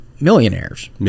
millionaires